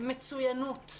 מצוינות,